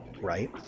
Right